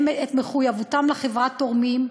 הם את מחויבותם לחברה תורמים.